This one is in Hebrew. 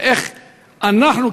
ואיך אנחנו,